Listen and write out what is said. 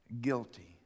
guilty